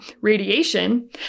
Radiation